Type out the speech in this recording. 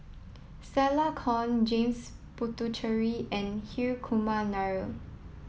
Stella Kon James Puthucheary and Hri Kumar Nair